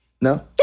no